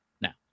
now